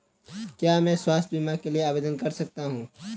क्या मैं स्वास्थ्य बीमा के लिए आवेदन कर सकता हूँ?